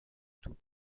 tout